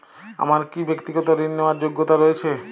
আমার কী ব্যাক্তিগত ঋণ নেওয়ার যোগ্যতা রয়েছে?